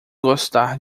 gostar